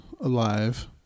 Alive